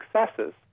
successes